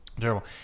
terrible